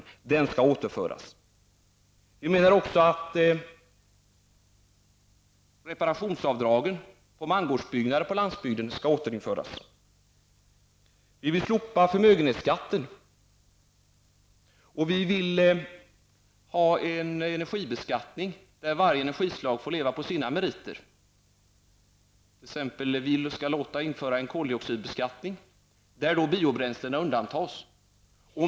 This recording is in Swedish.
Kvittningsrätten måste återinföras. Vi anser också att reparationsavdragen för mangårdsbyggnader på landsbygden skall återinföras. Vi vill slopa förmögenhetsskatten, och vi vill ha en energibeskattning som gör det möjligt för varje energislag att leva på sina meriter. Vi vill t.ex. införa en koldioxidbeskattning, där biobränslena undantas.